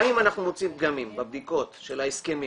גם אם אנחנו מוצאים פגמים בבדיקות של ההסכמים